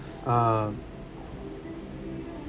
um